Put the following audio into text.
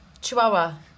Chihuahua